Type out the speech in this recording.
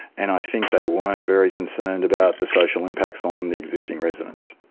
and i think they weren't very concerned about the social impacts on the existing residents.